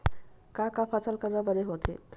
का का फसल करना बने होथे?